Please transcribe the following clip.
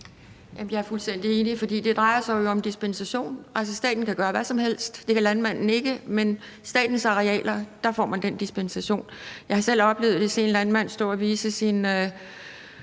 jeg er fuldstændig enig, for det drejer sig jo om dispensation. Altså, staten kan gøre hvad som helst, det kan landmanden ikke. Men til statens arealer får man den dispensation. Jeg har selv oplevet det og set en landmand stå og vise sine